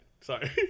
Sorry